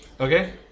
Okay